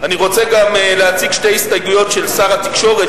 אני רוצה גם להציג שתי הסתייגויות של שר התקשורת,